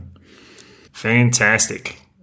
fantastic